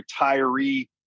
retiree